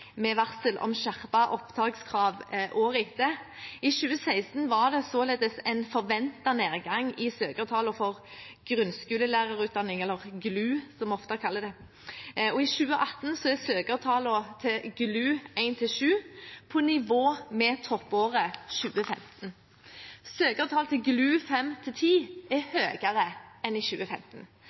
med varsel om skjerpede opptakskrav året etter. I 2016 var det således en forventet nedgang i søkertallene for grunnskolelærerutdanning, eller GLU, som vi ofte kaller det. I 2018 er søkertallene til GLU 1–7 på nivå med toppåret 2015. Søkertallene til GLU 5–10 er høyere enn i 2015.